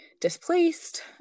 displaced